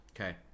Okay